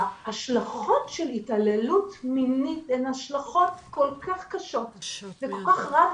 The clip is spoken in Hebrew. שההשלכות של התעללות מינית הן השלכות כל כך קשות וכל כך רב